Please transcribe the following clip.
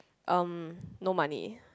um no money